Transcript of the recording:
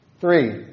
Three